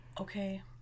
Okay